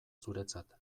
zuretzat